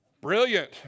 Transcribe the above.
Brilliant